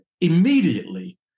immediately